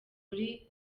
uri